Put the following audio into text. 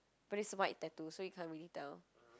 but it's a white tattoo so you can't really tell